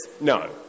no